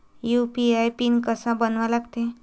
UPI PIN कसा बनवा लागते?